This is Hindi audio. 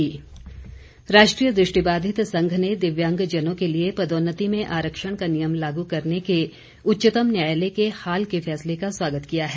दृष्टिहीन संघ राष्ट्रीय दृष्टिबाधित संघ ने दिव्यांगजनों के लिए पदोन्नति में आरक्षण का नियम लागू करने के उच्चतम न्यायालय के हाल के फैसले का स्वागत किया है